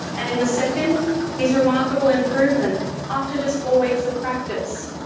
and in the second his remarkable improvement after just four weeks of practice.